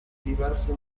diverse